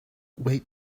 wait